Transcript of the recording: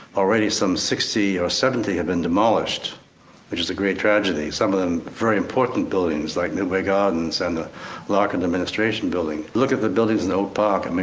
already some sixty or seventy have been demolished which is a great tragedy, some of them very important buildings like midway gardens and the larkin administration building. look at the buildings in oak park, i mean